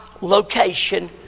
location